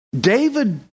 David